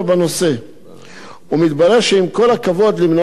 מתברר שעם כל הכבוד למנועי החיפוש למיניהם,